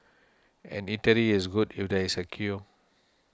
an eatery is good if there is a queue